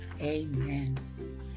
Amen